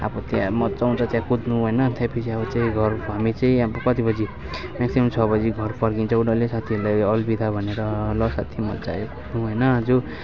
अब त्यहाँ मज्जा आउँछ त्या कुद्नु होइन त्यहाँपछि अब चाहिँ घर हामी चाहिँ अब कति बजी मेक्सिमम् छ बजी घर फर्किन्छौँ डल्लै साथीहरूलाई अलबिदा भनेर ल साथी मज्जा आयो कुद्नु होइन आज